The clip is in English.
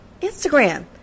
Instagram